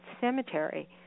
cemetery